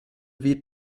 wie